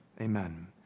Amen